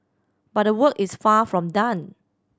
but the work is far from done